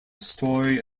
story